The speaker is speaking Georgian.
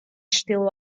ჩრდილო